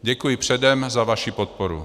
Děkuji předem za vaši podporu.